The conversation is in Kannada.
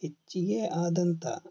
ಹೆಚ್ಚಿಗೆ ಆದಂಥ